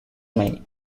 may